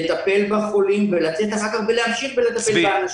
לטפל בחולים ולצאת אחר כך ולהמשיך ולטפל באנשים.